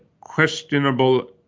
questionable